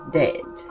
dead